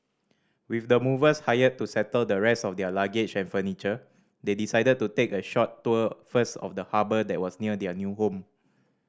with the movers hired to settle the rest of their luggage and furniture they decided to take a short tour first of the harbour that was near their new home